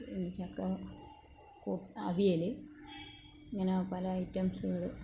ഇടിച്ചക്ക അവിയൽ ഇങ്ങന പല ഐറ്റംസുകൾ